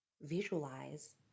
visualize